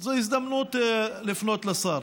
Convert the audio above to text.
זו הזדמנות לפנות לשר: